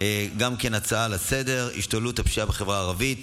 גם כן הצעה לסדר-היום: השתוללות הפשיעה בחברה הערבית.